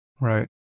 right